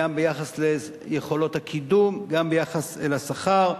גם ביחס ליכולות הקידום, גם ביחס לשכר.